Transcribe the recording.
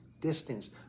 distance